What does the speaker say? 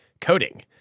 coding